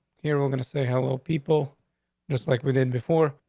here we're gonna say how little people just like we did before.